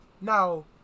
Now